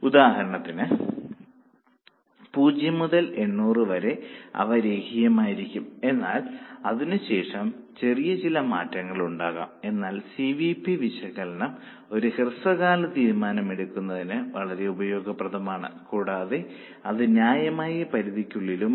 ഉദാഹരണത്തിന് 0 മുതൽ 800 വരെ അവ രേഖീയമായിരിക്കും എന്നാൽ അതിനുശേഷം ചെറിയ ചില മാറ്റങ്ങൾ ഉണ്ടാകാം എന്നാൽ സി വി പി വിശകലനം ഒരു ഹ്രസ്വകാല തീരുമാനമെടുക്കുന്നതിന് വളരെ ഉപയോഗപ്രദമാണ് കൂടാതെ അത് ന്യായമായ പരിധിക്കുള്ളിലുമാണ്